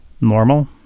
normal